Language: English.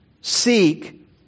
Seek